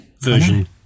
Version